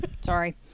Sorry